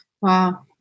Wow